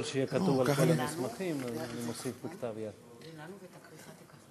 הראשון, ואתה גם מצויד